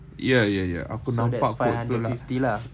ya ya ya aku nampak quote tu lah